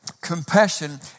Compassion